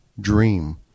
dream